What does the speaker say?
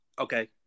Okay